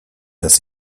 dass